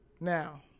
Now